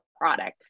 product